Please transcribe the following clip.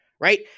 right